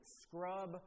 scrub